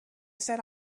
set